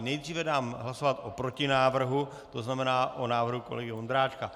Nejdříve dám hlasovat o protinávrhu, tzn. o návrhu kolegy Vondráčka.